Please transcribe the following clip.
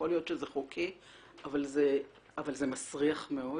יכול להיות שזה חוקי, אבל זה מסריח מאוד